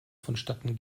vonstatten